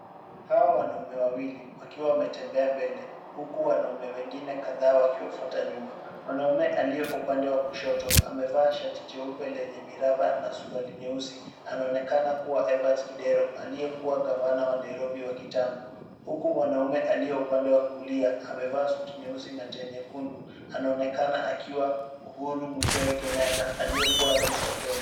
Hawa wanaume wawili wakiwa wanatembea mbele huku wanaume wengine kadhaa wakiwafuata nyuma . Mwanaume aliye upande wa kushoto amevaa amevaa shati jeupe lenye miraba na suruali nyeusi anaonekana kuwa Evans Kidero aliyekuwa gavana wa Nairobi wa kitambo. Huku mwanaume aliye upande wa kulia amevaa suti nyeusi na tai nyekundu anaonekana akiwa Uhuru Muigai Kenyatta aliyekuwa rais wa Kenya.